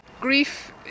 Grief